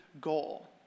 goal